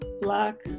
black